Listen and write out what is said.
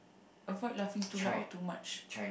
avoid laughing too loud or too much